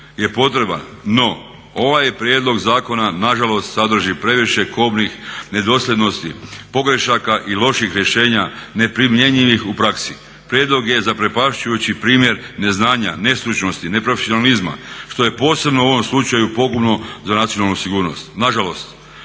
je potreban, no ovaj prijedlog zakona nažalost sadrži previše kobnih nedosljednosti, pogrešaka i loših rješenja neprimjenjivih u praksi. Prijedlog je zaprepašćujući primjer neznanja, nestručnosti, neprofesionalizma što je posebno u ovom slučaju pogubno za nacionalnu sigurnost.